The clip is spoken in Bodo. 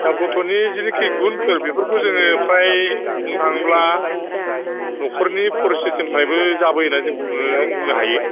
दा गथ'नि जेनोखि गुनफोर बेफोरखौ जोङो फ्राय बुंनो थाङोब्ला न'खरनि फरिस्थिथिनिफ्रायबो जाबोयो होनना जों बुङो बुंनो हायो